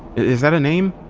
is that a name?